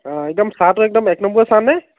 অঁ একদম চাহটো একদম এক নম্বৰ চাহ নে